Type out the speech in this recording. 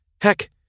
Heck